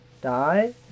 die